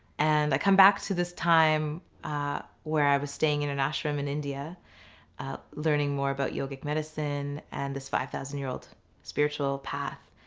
and i come back to this time where i was staying at and an ashram in india learning more about yogic medicine and this five thousand-year-old spiritual path,